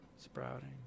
sprouting